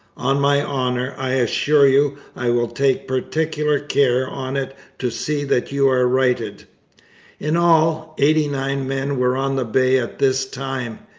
on my honour, i assure you i will take particular care on it to see that you are righted in all, eighty-nine men were on the bay at this time.